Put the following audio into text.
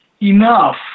enough